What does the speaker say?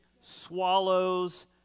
swallows